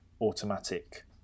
automatic